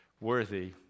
worthy